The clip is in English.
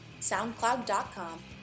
SoundCloud.com